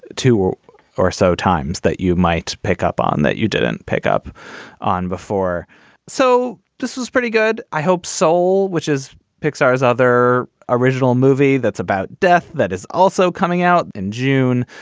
two or so times that you might pick up on that you didn't pick up on before so this is pretty good, i hope. soul, which is pixar's other original movie that's about death that is also coming out in june,